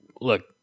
look